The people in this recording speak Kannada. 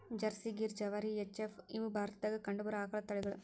ಜರ್ಸಿ, ಗಿರ್, ಜವಾರಿ, ಎಚ್ ಎಫ್, ಇವ ಭಾರತದಾಗ ಕಂಡಬರು ಆಕಳದ ತಳಿಗಳು